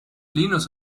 linus